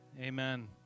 Amen